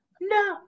No